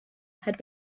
had